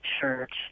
church